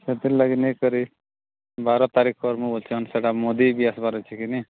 ସେଥିର୍ ଲାଗି ନେଇ କରି ବାର ତାରିଖ୍ କର୍ମୁଁ ବୋଲୁଛନ୍ ସେଇଟା ମୋଦୀ ବି ଆସିବାର୍ ଅଛି କି ନାଇଁ